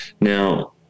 Now